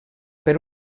per